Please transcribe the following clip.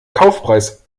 kaufpreis